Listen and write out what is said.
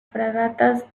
fragatas